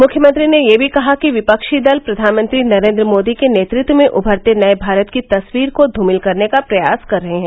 मुख्यमंत्री ने यह भी कहा कि विपक्षी दल प्रधानमंत्री नरेंद्र मोदी के नेतृत्व में उमरते नए भारत की तस्वीर को धूमिल करने का प्रयास कर रहे हैं